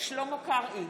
שלמה קרעי,